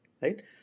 right